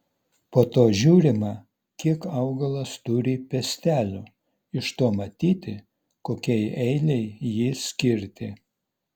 po to žiūrima kiek augalas turi piestelių iš to matyti kokiai eilei jį skirti